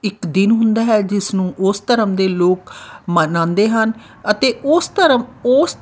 ਇਕ ਦਿਨ ਹੁੰਦਾ ਹੈ ਜਿਸ ਨੂੰ ਉਸ ਧਰਮ ਦੇ ਲੋਕ ਮਨਾਉਂਦੇ ਹਨ ਅਤੇ ਉਸ ਧਰਮ ਉਸ